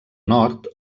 nord